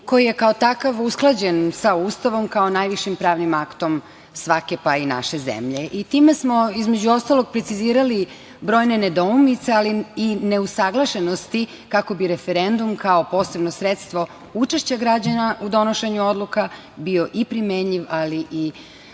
koji je kao takav usklađen sa Ustavom kao najvišim pravnim aktom svake, pa i naše zemlje. Time smo, između ostalog, precizirali brojne nedoumice, ali i neusaglašenosti kako bi referendum kao posebno sredstvo učešća građana u donošenju odluka bio i primenjiv, ali i